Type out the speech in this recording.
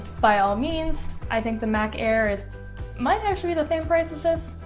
by all means i think the mac air is might have should be the same prices just